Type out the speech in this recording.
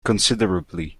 considerably